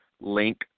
link